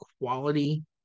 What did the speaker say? quality